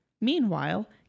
Meanwhile